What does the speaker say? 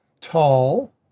tall